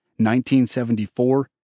1974